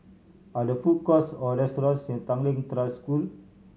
are there food courts or restaurants near Tanglin Trust School